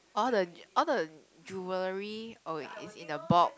all the all the jewelry oh wait it's in a box